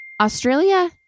Australia